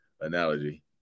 analogy